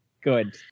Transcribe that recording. good